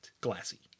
glassy